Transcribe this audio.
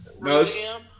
No